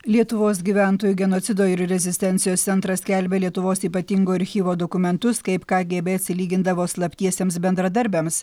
lietuvos gyventojų genocido ir rezistencijos centras skelbia lietuvos ypatingo archyvo dokumentus kaip kgb atsilygindavo slaptiesiems bendradarbiams